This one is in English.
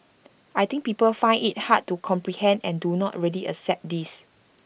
I think people find IT hard to comprehend and do not really accept this